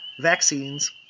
vaccines